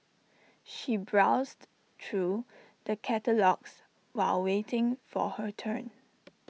she browsed through the catalogues while waiting for her turn